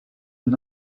and